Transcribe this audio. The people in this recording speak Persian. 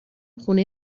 خونه